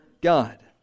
God